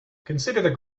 considering